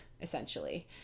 essentially